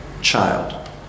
child